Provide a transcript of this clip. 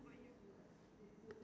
you like animal